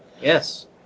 Yes